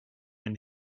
and